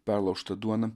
perlaužta duona